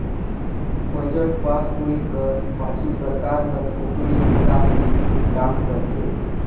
budget pass होए कर पाछू सरकार हर ओकरे हिसाब ले काम करथे